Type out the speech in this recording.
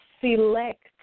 select